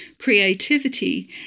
creativity